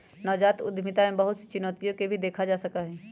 नवजात उद्यमिता में बहुत सी चुनौतियन के भी देखा जा सका हई